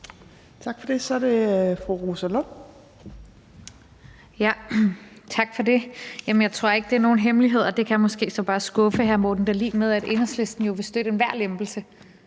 Tak for det. Så er det fru Rosa Lund. Kl. 17:51 Rosa Lund (EL): Tak for det. Jeg tror ikke, det er nogen hemmelighed – og det kan jeg måske så bare skuffe hr. Morten Dahlin med – at Enhedslisten vil støtte enhver lempelse